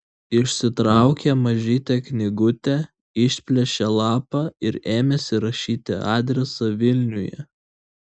išsitraukė mažytę knygutę išplėšė lapą ir ėmėsi rašyti adresą vilniuje